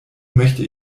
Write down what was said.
möchte